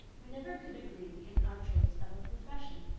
we never could agree in our choice of a profession.